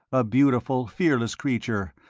a beautiful, fearless creature,